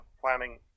planning